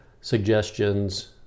suggestions